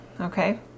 okay